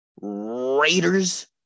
Raiders